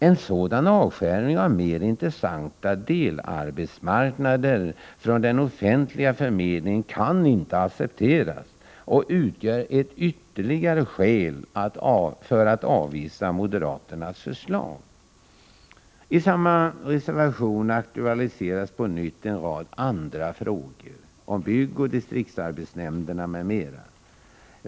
En sådan avskärmning av mer intressanta delarbetsmarknader från den offentliga förmedlingen kan inte accepteras och utgör ett ytterligare skäl för att avvisa moderaternas förslag. I samma reservation aktualiseras på nytt en rad andra frågor, om byggoch distriktsarbetsnämnderna m.m.